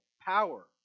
power